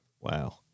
Wow